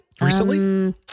recently